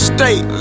State